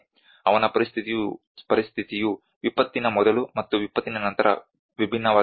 ಅವನ ಪರಿಸ್ಥಿತಿಯು ವಿಪತ್ತಿನ ಮೊದಲು ಮತ್ತು ವಿಪತ್ತಿನ ನಂತರ ವಿಭಿನ್ನವಾಗಿರುತ್ತದೆ